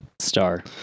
Star